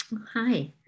Hi